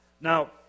Now